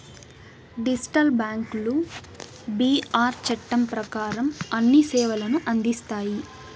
digital బ్యాంకులు BR చట్టం ప్రకారం అన్ని సేవలను అందిస్తాయి